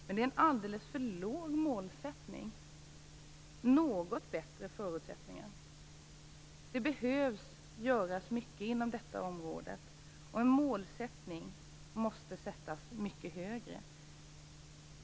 Men det är en alldeles för låg målsättning att tala om något bättre förutsättningar. Det behöver göras mycket inom detta område. En målsättning måste sättas mycket högre.